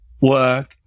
work